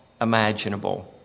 imaginable